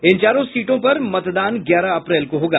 इन चारों सीटों पर मतदान ग्यारह अप्रैल को होगा